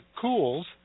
cools